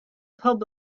pub